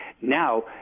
Now